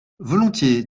volontiers